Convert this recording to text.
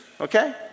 okay